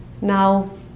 Now